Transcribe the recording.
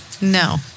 No